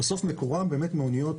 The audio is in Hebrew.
בסוף מקורם באמת מאניות